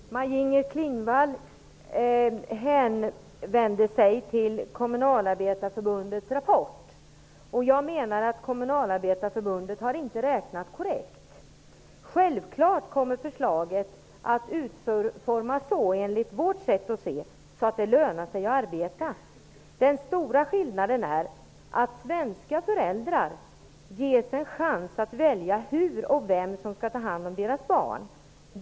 Fru talman! Maj-Inger Klingvall hänvisade till Kommunalarbetarförbundets rapport. Jag menar att Kommunalarbetarförbundet inte har räknat korrekt. Självfallet kommer förslaget att utformas så, att det lönar sig att arbeta, enligt vårt sätt att se. Den stora skillnaden är att svenska föräldrar ges en chans att välja hur man skall ta hand om deras barn och vem som skall göra det.